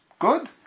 Good